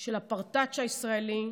של הפרטאץ' הישראלי,